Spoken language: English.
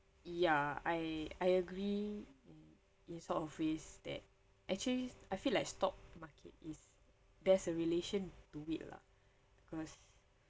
ya I I agree it's obvious that actually I feel like stock market is there's a relation to it lah cause